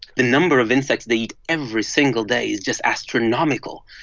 the number of insects they eat every single day is just astronomical.